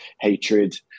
hatred